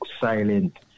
silent